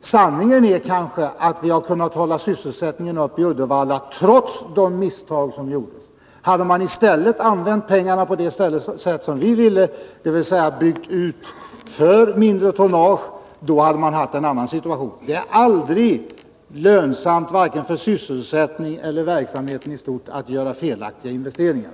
Sanningen är kanske att vi har kunnat hålla sysselsättningen uppe i Uddevalla trots de misstag som gjorts. Hade man i stället använt pengarna på det sätt som vi ville, dvs. byggt ut för mindre tonnage, hade man haft en annan situation. Det är aldrig lönsamt, varken för sysselsättningen eller för verksamheten i stort, att göra felaktiga investeringar.